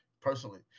personally